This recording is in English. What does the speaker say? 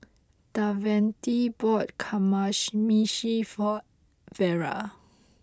Davante bought Kamameshi for Elvera